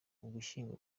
ugushyingo